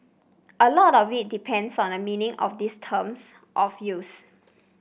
a lot of it depends on a meaning of these terms of use